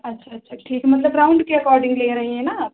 अच्छा अच्छा ठीक मतलब राउंड के अकार्डिंग ले रही हैं ना आप